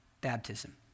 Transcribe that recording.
baptism